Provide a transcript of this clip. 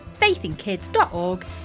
faithinkids.org